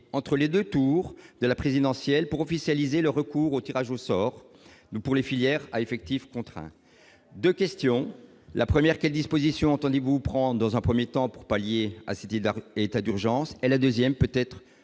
entre les 2 tours de la présidentielle pour officialiser le recours au tirage au sort pour les filières à effectif contraint de questions : la première, quelles dispositions entendez-vous prendre dans un 1er temps pour pallier à ce type d'état d'urgence est la 2ème peut-être